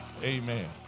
Amen